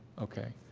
okay